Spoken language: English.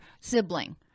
sibling